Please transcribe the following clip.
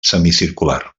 semicircular